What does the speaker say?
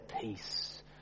peace